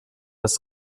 das